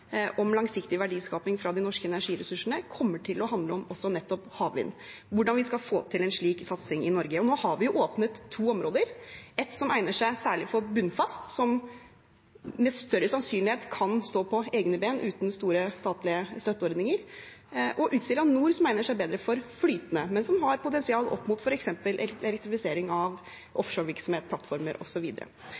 om langsiktig verdiskaping fra de norske energiressursene, kommer til å handle om nettopp havvind, hvordan vi skal få til en slik satsing i Norge. Nå har vi åpnet to områder, ett som egner seg særlig for bunnfast, som med større sannsynlighet kan stå på egne ben uten store statlige støtteordninger, og Utsira Nord, som egner seg bedre for flytende, men som har potensial opp mot f.eks. elektrifisering av